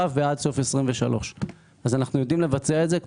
ועד סוף 23'. אנו יודעים לבצע את זה.